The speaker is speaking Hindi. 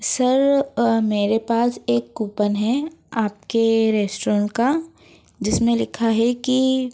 सर मेरे पास एक कूपन है आपके रेस्टोरेंट का जिसमें लिखा है कि